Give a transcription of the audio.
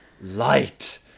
light